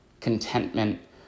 contentment